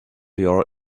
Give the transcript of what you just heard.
your